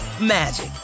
magic